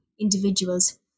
individuals